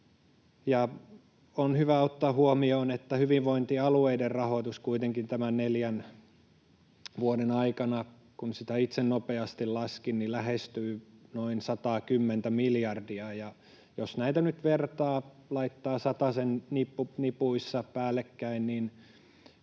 On hyvä ottaa huomioon, että hyvinvointialueiden rahoitus kuitenkin tämän neljän vuoden aikana, kun sitä itse nopeasti laskin, lähestyy noin 110:tä miljardia. Jos näitä nyt vertaa, laittaa satasen nipuissa päällekkäin, niin